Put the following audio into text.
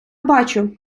бачу